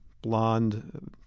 blonde